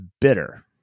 bitter